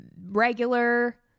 regular